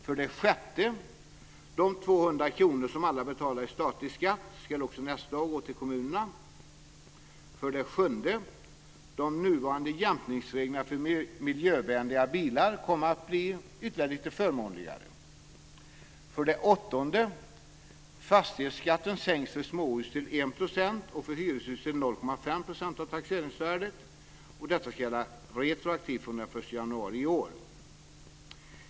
För det sjätte: De 200 kr som alla betalar i statlig skatt ska också nästa år gå till kommunerna. För det sjunde: De nuvarande jämkningsreglerna för miljövänliga bilar kommer att bli förmånligare. För det åttonde: Fastighetsskatten sänks för småhus till 1 % och för hyreshus till 0,5 % av taxeringsvärdet. Detta ska gälla retroaktivt från den 1 januari i år.